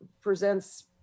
presents